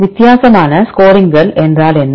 வித்தியாசமான ஸ்கோரிங்கள் என்றாள் என்ன